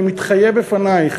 אני מתחייב בפנייך